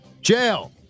Jail